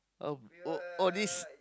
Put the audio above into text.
oh oh oh this